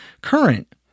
current